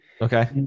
Okay